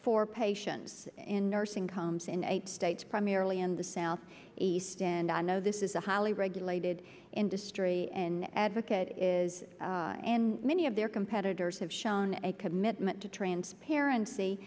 for patients in nursing homes in eight states primarily in the south east and i know this is a highly regulated industry an advocate is and many of their competitors have shown a commitment to transparency